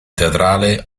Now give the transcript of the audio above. teatrale